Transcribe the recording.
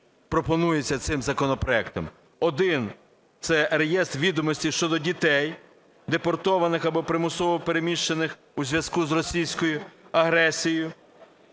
пропонується цим законопроектом: один – це реєстр відомостей щодо дітей, депортованих або примусово переміщених у зв'язку з російською агресією,